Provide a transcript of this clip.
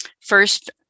First